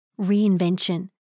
Reinvention